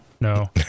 no